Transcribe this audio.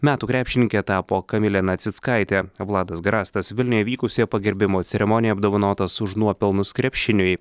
metų krepšininke tapo kamilė nacickaitė vladas garastas vilniuje vykusią pagerbimo ceremoniją apdovanotas už nuopelnus krepšiniui